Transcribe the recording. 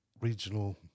regional